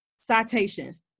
citations